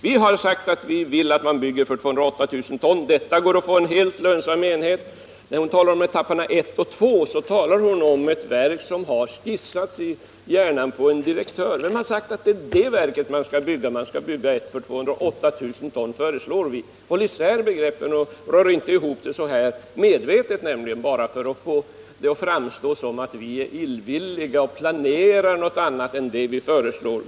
Vi har ju sagt att vi vill att man bygger ut för 208 000 ton, eftersom det med detta går att få en helt lönsam enhet. När Birgitta Hambraeus talar om etapperna 1 och 2 talar hon om ett verk som har skissats i hjärnan på en direktör. Vem har sagt att det är det verket 23 som skall byggas? Vi föreslår att man skall bygga ett verk för 208 000 ton. Håll isär begreppen och rör inte ihop dem så här — medvetet, nämligen — bara för att få det att framstå som om vi är illvilliga och planerar något annat än det vi föreslår!